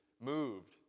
moved